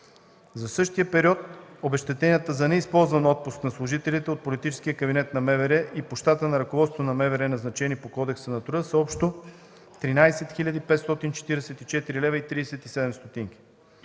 За същия период обезщетенията за неизползван отпуск на служителите от политическия кабинет на МВР и по щата на ръководството на МВР, назначени по Кодекса на труда, са общо 13 хил. 544 лв. и 37 ст.